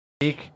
week